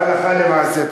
הלכה למעשה.